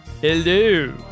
hello